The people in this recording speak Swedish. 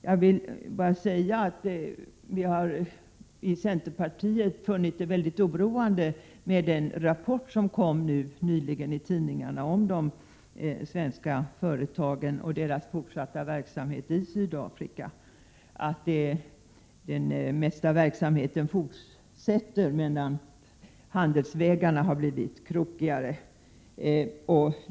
Jag vill dock bara säga redan nu att vi i centerpartiet finner den rapport som kom nyligen i tidningarna väldigt oroande. Rapporten handlar om de svenska företagen och deras fortsatta verksamhet i Sydafrika. Den mesta verksamheten fortsätter, men handelsvägarna har blivit krokigare.